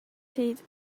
teeth